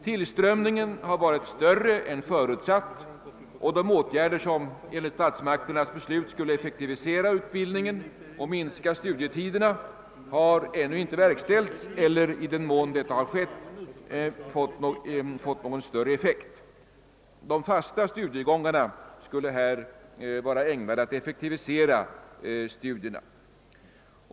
Tillströmningen har varit större än den förutsatta, och de åtgärder som enligt statsmakternas beslut skulle effektivisera utbildningen och minska studietiderna har ännu inte verkställts eller, i den mån så har skett, inte fått någon större effekt. De fasta studiegångarna skulle vara ägnade att effektivisera studierna.